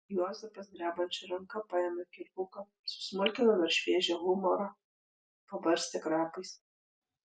juozapas drebančia ranka paėmė kirvuką susmulkino dar šviežią humorą pabarstė krapais